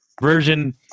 Version